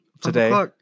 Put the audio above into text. Today